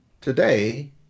Today